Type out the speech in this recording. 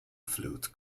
flute